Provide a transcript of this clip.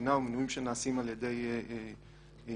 המדינה או מינויים שנעשים על-ידי הממשלה.